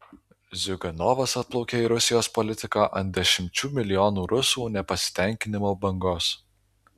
ziuganovas atplaukė į rusijos politiką ant dešimčių milijonų rusų nepasitenkinimo bangos